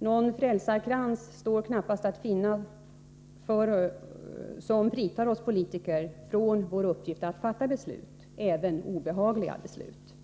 Någon frälsarkrans står knappast att finna — det finns ingenting som fritar oss politiker från vår uppgift att fatta beslut — även obehagliga beslut.